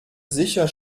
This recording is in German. sicher